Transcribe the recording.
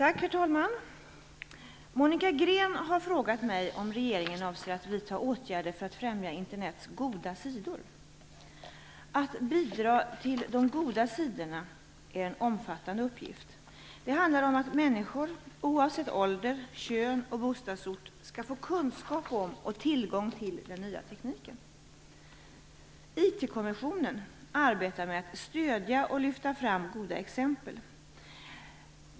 Herr talman! Monica Green har frågat mig om regeringen avser att vidta åtgärder för att främja Internets goda sidor. Att bidra till de goda sidorna är en omfattande uppgift. Det handlar om att människor oavsett ålder, kön och bostadsort skall få kunskap om och tillgång till den nya tekniken. IT-kommissionen arbetar med att stödja och lyfta fram goda exempel.